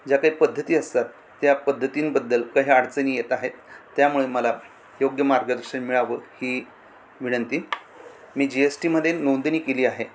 ज्या काही पद्धती असतात त्या पद्धतींबद्दल काही अडचणी येत आहेत त्यामुळे मला योग्य मार्गदशन मिळावं ही विनंती मी जी एस टीमध्ये नोंदणी केली आहे